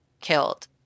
killed